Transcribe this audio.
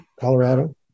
Colorado